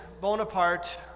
Bonaparte